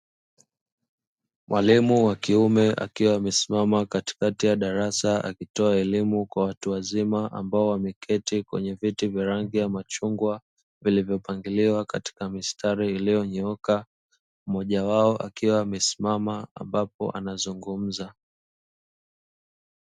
Walimu wa kiume akiwa amesimama katikati ya darasa, akitoa elimu kwa watu wazima ambao wameketi kwenye viti vya rangi ya machungwa walivyopangiliwa katika mistari iliyonyooka mmoja wao, akiwa amesimama ambapo anazungumza.